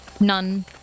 None